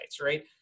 Right